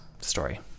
story